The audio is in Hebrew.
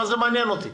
מה זה מעניין אותי.